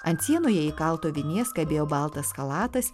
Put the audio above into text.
ant sienoje įkalto vinies kabėjo baltas chalatas